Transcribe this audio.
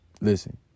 listen